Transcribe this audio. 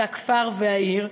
והכפר והעיר,